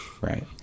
Right